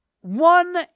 One